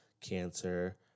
cancer